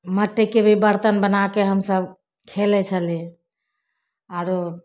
मट्टीके भी बरतन बनाके हमसभ खेलै छली आओर